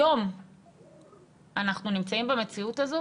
היום אנחנו נמצאים במציאות הזו